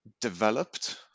developed